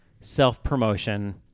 self-promotion